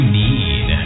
need